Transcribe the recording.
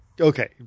okay